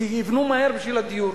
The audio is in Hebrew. כי יבנו מהר בשביל הדיור,